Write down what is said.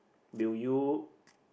will you